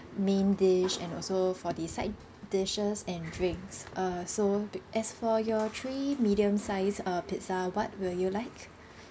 main dish and also for the side dishes and drinks uh so as for your three medium size uh pizza what will you like